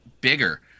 bigger